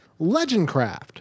legendcraft